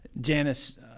Janice